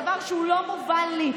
דבר שהוא לא מובן לי,